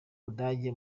budage